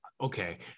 okay